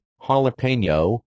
jalapeno